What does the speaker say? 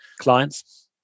clients